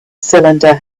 cylinder